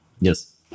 Yes